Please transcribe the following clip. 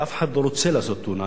הרי אף אחד לא רוצה לעשות תאונה.